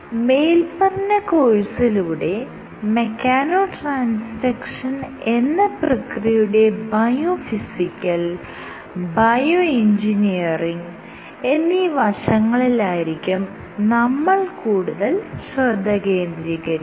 മേല്പറഞ്ഞ കോഴ്സിലൂടെ mechano transduction എന്ന പ്രക്രിയയുടെ ബയോഫിസിക്കൽ ബയോ എഞ്ചിനീയറിംഗ് എന്നീ വശങ്ങളിലായിരിക്കും നമ്മൾ കൂടുതൽ ശ്രദ്ധ കേന്ദ്രീകരിക്കുക